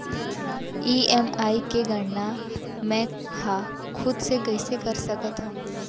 EMI के गड़ना मैं हा खुद से कइसे कर सकत हव?